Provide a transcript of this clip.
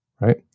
right